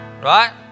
right